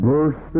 Verse